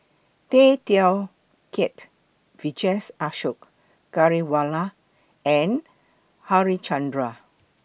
Tay Teow Kiat Vijesh Ashok Ghariwala and Harichandra